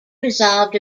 resolved